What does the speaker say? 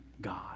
God